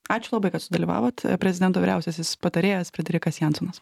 ačiū labai kad sudalyvavot prezidento vyriausiasis patarėjas frederikas jansonas